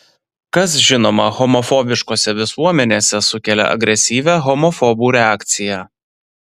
kas žinoma homofobiškose visuomenėse sukelia agresyvią homofobų reakciją